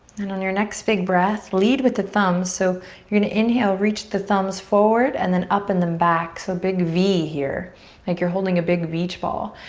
and on your next big breath lead with the thumbs. so you're gonna inhale, reach the thumbs forward and then up and then back. so a big v here like you're holding a big beach ball.